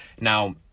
now